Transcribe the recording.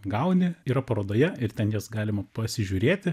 gauni yra parodoje ir ten jas galima pasižiūrėti